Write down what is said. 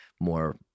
more